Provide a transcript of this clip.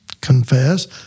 confess